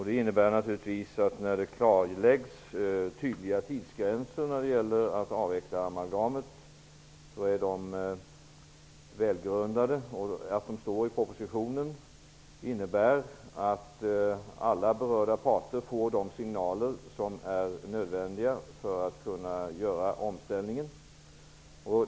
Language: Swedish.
Det innebär naturligtvis att när det klarläggs tydliga tidsgränser för avveckling av amalgamet så är de välgrundande. Att de står i propositionen innebär att alla berörda parter får de signaler som är nödvändiga för att kunna göra omställningen.